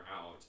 out